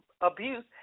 abuse